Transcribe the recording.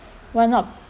why not